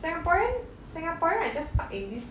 singaporean singaporean like just stuck in this